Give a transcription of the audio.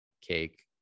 cake